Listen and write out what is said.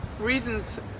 reasons